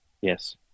Yes